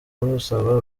busaba